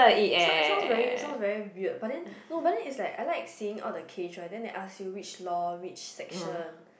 sound sound very sound very weird but then is like I like saying all the case right then they ask you which law which section